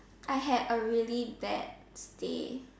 I had a really bad day